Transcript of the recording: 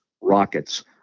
Rockets